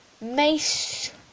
mace